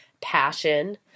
passion